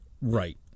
Right